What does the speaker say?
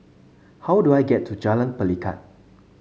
how do I get to Jalan Pelikat